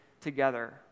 together